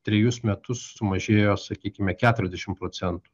trejus metus sumažėjo sakykime keturiasdešim procentų